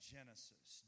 Genesis